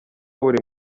buri